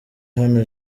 hano